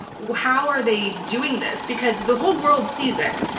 how are they doing this? because the whole world sees it.